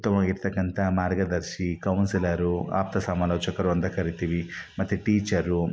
ಉತ್ತಮವಾಗಿ ಇರ್ತಕ್ಕಂಥ ಮಾರ್ಗದರ್ಶಿ ಕೌನ್ಸಿಲರು ಆಪ್ತ ಸಮಾಲೋಚಕರು ಅಂತ ಕರಿತೀವಿ ಮತ್ತು ಟೀಚರು